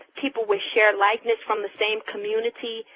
people with shared likeness from the same community,